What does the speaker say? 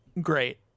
great